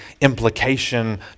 implication